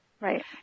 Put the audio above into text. Right